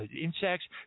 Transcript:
insects